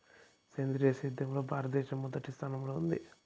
సేంద్రీయ సేద్యంలో భారతదేశం మొదటి స్థానంలో ఉంది